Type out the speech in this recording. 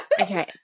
Okay